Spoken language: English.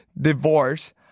divorce